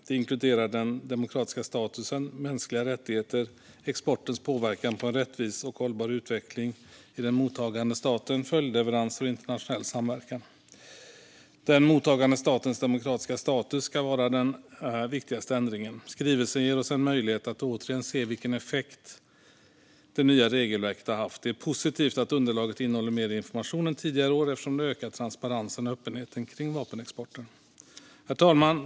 Det inkluderar den demokratiska statusen, mänskliga rättigheter, exportens påverkan på en rättvis och hållbar utveckling i den mottagande staten, följdleveranser och internationell samverkan. Den mottagande statens demokratiska status ska vara den viktigaste ändringen. Skrivelsen ger oss en möjlighet att återigen se vilken effekt det nya regelverket har haft. Det är positivt att underlaget innehåller mer information än tidigare år, eftersom det ökar transparensen och öppenheten kring vapenexporten. Herr talman!